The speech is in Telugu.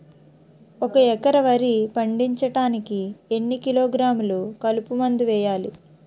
ఒక ఎకర వరి పండించటానికి ఎన్ని కిలోగ్రాములు కలుపు మందు వేయాలి?